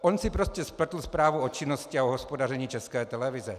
On si prostě spletl zprávu o činnosti a o hospodaření České televize.